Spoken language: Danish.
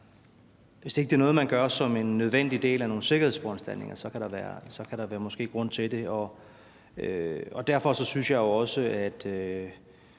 hvis ikke det er noget, man gør som en nødvendig del af nogle sikkerhedsforanstaltninger – så kan der måske være grund til det. Derfor synes jeg også, at